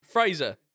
Fraser